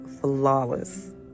flawless